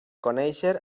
conèixer